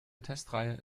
testreihe